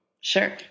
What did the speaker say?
Sure